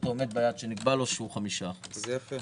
הטוטו עומד ביעד שנקבע לו, שהוא 5%. זה יפה.